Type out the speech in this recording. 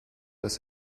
dass